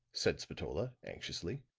said spatola, anxiously.